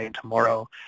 tomorrow